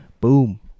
Boom